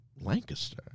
Lancaster